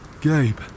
Gabe